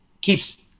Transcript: keeps